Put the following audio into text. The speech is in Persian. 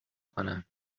کنم